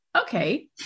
okay